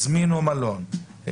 הזמינו מלון,